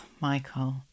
Michael